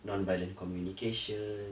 non-violent communication